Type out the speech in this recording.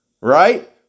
Right